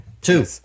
two